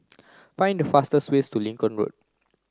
find the fastest way to Lincoln Road